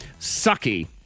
sucky